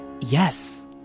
yes